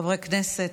חברי כנסת.